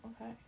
okay